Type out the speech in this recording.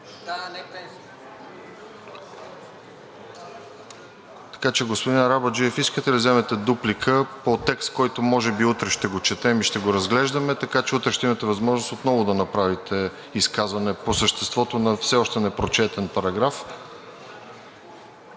Господин Арабаджиев, искате ли да вземете дуплика по текст, който може би утре ще го четем и ще го разглеждаме, така че утре ще имате възможност отново да направите изказване по съществото на все още непрочетен параграф?